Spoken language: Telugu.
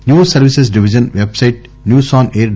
news services division website news on air